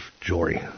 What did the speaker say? jewelry